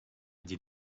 did